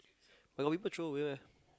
but got people throw away eh